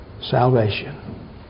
salvation